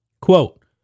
Quote